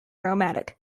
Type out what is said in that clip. aromatic